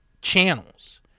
channels